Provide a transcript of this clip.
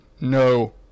No